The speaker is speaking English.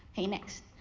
okay, next.